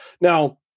Now